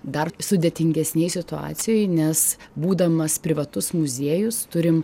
dar sudėtingesnėj situacijoj nes būdamas privatus muziejus turim